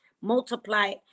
multiply